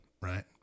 right